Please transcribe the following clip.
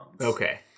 Okay